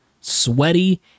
sweaty